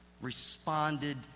responded